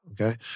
Okay